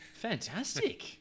Fantastic